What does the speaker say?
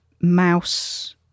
mouse